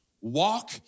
Walk